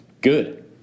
Good